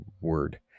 word